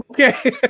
okay